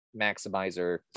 maximizer